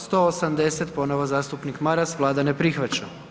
180. ponovno zastupnik Maras Vlada ne prihvaća.